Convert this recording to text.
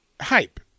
Hype